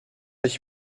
ich